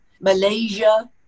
Malaysia